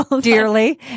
dearly